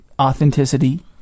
authenticity